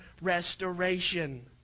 restoration